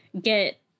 get